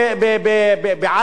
אז למה לפלסטינים לא מותר?